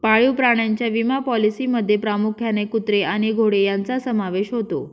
पाळीव प्राण्यांच्या विमा पॉलिसींमध्ये प्रामुख्याने कुत्रे आणि घोडे यांचा समावेश होतो